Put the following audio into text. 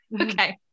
okay